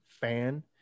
fan